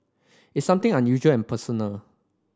it's something unusual and personal